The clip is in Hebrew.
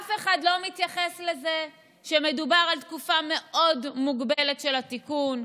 אף אחד לא מתייחס לזה שמדובר על תקופה מאוד מוגבלת של תיקון.